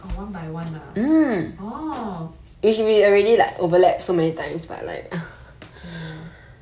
orh one by one lah orh !aiya!